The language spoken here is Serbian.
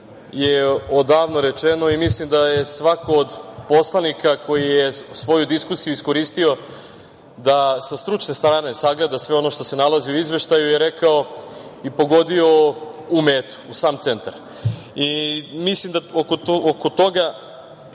je odavno rečeno i mislim da je svako od poslanika koji je svoju diskusiju iskoristio da sa stručne strane sagleda sve ono što se nalazi u izveštaju, je rekao i pogodio u metu, u sam centar. Mislim da oko toga,